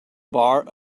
bar